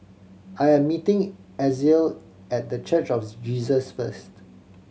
I am meeting Ezell at The Church of Jesus first